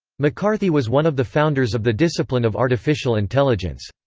mccarthy was one of the founders of the discipline of artificial intelligence.